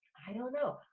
i don't know.